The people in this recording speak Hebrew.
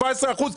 17 אחוזים.